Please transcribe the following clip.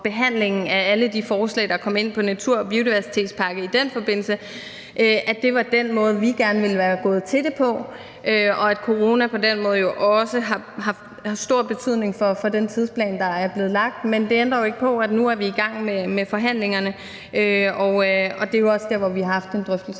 behandlingen af alle de forslag, der kom ind på en natur- og biodiversitetspakke i den forbindelse, var den måde, vi gerne ville være gået til det på, og at corona på den måde jo også har haft stor betydning for den tidsplan, der er blevet lagt. Men det ændrer ikke på, at nu er vi i gang med forhandlingerne, og det er jo også der, hvor vi har haft nogle drøftelser